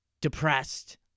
depressed